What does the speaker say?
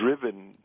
driven